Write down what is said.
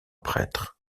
prêtre